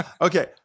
Okay